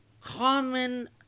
common